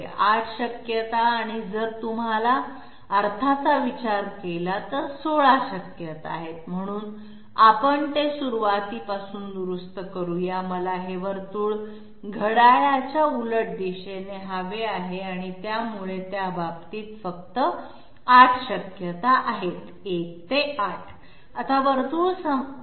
आठ शक्यता आणि जर तुम्ही अर्थाचा विचार केला तर 16 शक्यता आहेत म्हणून आपण ते सुरुवातीपासूनच दुरुस्त करूया मला हे वर्तुळ घड्याळाच्या उलट दिशेने हवे आहे त्यामुळे त्या बाबतीत फक्त 8 शक्यता आहेत 1 2 3 4 5 6 7 8